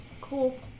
Cool